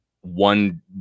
one